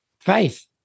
Faith